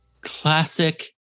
classic